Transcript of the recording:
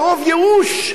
מרוב ייאוש,